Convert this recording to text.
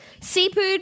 seafood